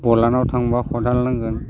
बलानाव थांबा थांबा खदाल नांगोन